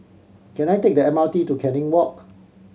can I take the M R T to Canning Walk